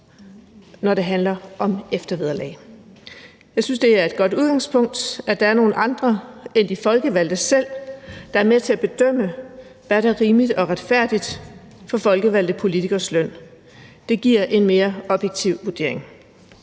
når det handler om eftervederlag. Jeg synes, det er et godt udgangspunkt, at der er nogle andre end de folkevalgte selv, der er med til at bedømme, hvad der er rimeligt og retfærdigt i forhold til folkevalgte politikeres løn. Det giver en mere objektiv vurdering.